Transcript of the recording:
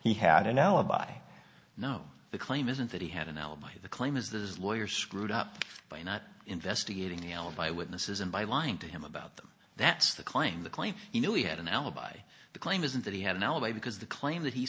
he had an alibi no the claim isn't that he had an alibi the claim is that his lawyer screwed up by not investigating the alibi witnesses and by lying to him about them that's the claim the claim he knew he had an alibi the claim isn't that he had an alibi because the claim that he